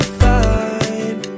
fine